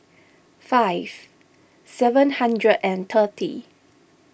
five seven hundred and thirty